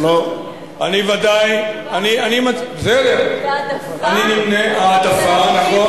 אני ודאי, אני נמנה, זה העדפה, העדפה, נכון.